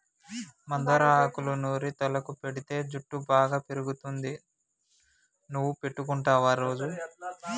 మందార ఆకులూ నూరి తలకు పెటితే జుట్టు బాగా పెరుగుతుంది నువ్వు పెట్టుకుంటావా రోజా